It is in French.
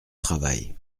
travail